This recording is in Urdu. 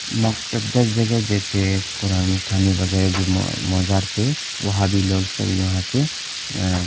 مقدس جگہ جیسے قرآن خوانی وغیرہ جو مو مزار پہ وہاں بھی لوگ سب یہاں کے